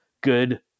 good